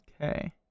Okay